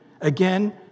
Again